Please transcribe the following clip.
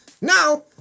Now